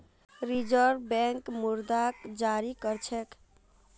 reserve Bank मुद्राक जारी कर छेक